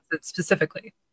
specifically